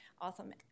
awesome